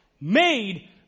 made